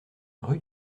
rue